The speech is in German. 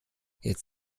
jetzt